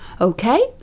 okay